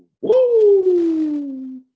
Woo